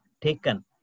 taken